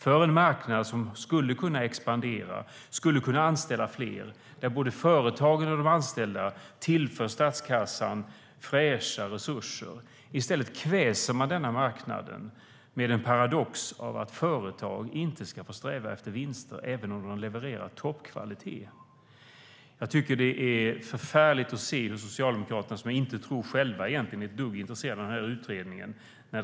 Det är en marknad som skulle kunna expandera, skulle kunna anställa fler. Både företag och anställda tillför statskassan fräscha resurser. I stället kväser man denna marknad med en paradox att företag inte ska få sträva efter vinster, även om de levererar toppkvalitet. Det är förfärligt att se. Jag tror inte att Socialdemokraterna själva är ett dugg intresserade av utredningen.